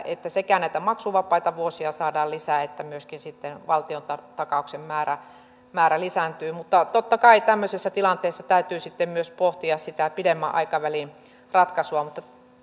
että sekä näitä maksuvapaita vuosia saadaan lisää että myöskin sitten valtiontakauksen määrä määrä lisääntyy totta kai tämmöisessä tilanteessa täytyy sitten myös pohtia sitä pidemmän aikavälin ratkaisua mutta